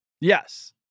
Yes